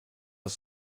das